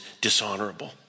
dishonorable